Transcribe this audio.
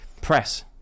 press